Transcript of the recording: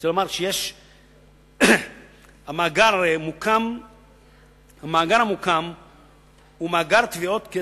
אני רוצה לומר שהמאגר המוקם הוא מאגר טביעות אצבע,